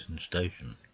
station